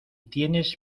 tienes